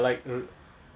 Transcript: do you watch Netflix